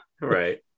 Right